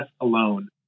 alone